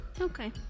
Okay